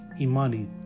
Imani